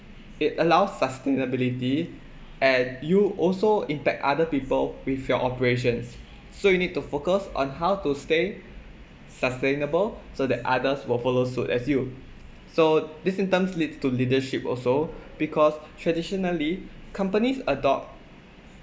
it allows sustainability and you also impact other people with your operations so you need to focus on how to stay sustainable so that others will follow suit as you so this in terms lead to leadership also because traditionally companies adopt